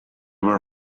were